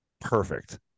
perfect